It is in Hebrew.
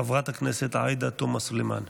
חברת הכנסת עאידה תומא סלימאן.